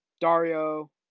Dario